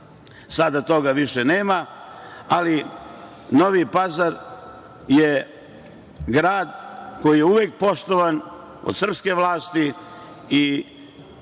Sada toga više nema, ali Novi Pazar je grad koji je uvek poštovan od srpske vlasti. Posebno